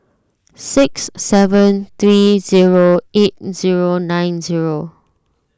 six seven three zero eight zero nine zero